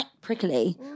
prickly